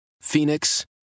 Phoenix